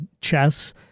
chess